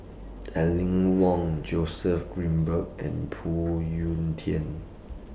Aline Wong Joseph Grimberg and Phoon Yew Tien